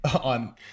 on